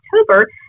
October